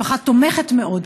משפחה תומכת מאוד,